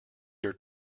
your